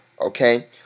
okay